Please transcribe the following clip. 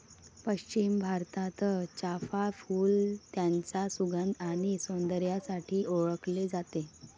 पश्चिम भारतात, चाफ़ा फूल त्याच्या सुगंध आणि सौंदर्यासाठी ओळखले जाते